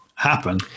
happen